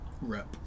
Rep